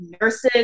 nurses